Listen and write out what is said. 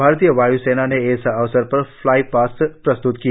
भारतीय वाय् सेना ने इस अवसर पर फ्लाई पास्ट प्रस्त्त किया